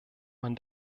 man